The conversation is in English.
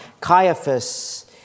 Caiaphas